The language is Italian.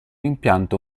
impianto